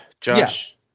Josh